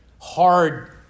hard